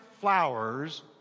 flowers